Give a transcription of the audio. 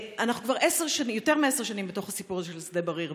אנחנו כבר יותר מעשר שנים בתוך הסיפור הזה של שדה בריר,